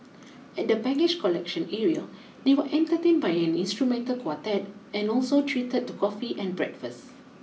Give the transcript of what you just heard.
at the baggage collection area they were entertained by an instrumental quartet and also treated to coffee and breakfast